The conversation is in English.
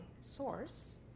source